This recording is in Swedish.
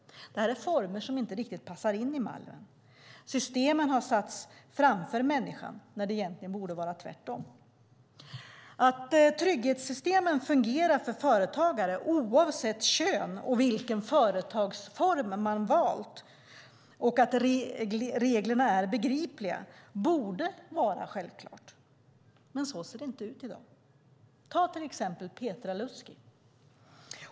Detta är former som inte riktigt passar in i mallen. Systemen har satts framför människan när det egentligen borde vara tvärtom. Att trygghetssystemen fungerar för företagare oavsett kön och vilken företagsform man valt samt att reglerna är begripliga borde vara självklart, men så ser det inte ut i dag. Ta till exempel Petra Liuski.